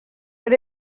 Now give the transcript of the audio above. but